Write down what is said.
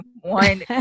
one